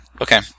Okay